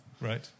Right